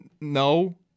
No